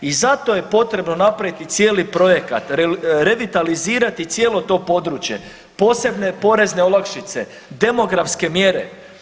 I zato je potrebno napraviti cijeli projekat, revitalizirati cijelo to područje, posebne porezne olakšice, demografske mjere.